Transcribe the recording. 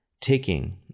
taking